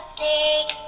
big